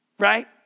right